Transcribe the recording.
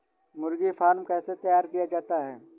मुर्गी फार्म कैसे तैयार किया जाता है?